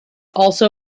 also